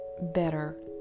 better